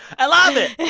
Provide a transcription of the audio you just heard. i love it